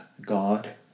God